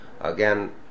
Again